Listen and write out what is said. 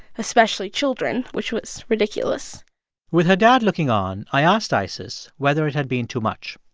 especially children, which was ridiculous with her dad looking on, i asked isis whether it had been too much